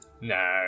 No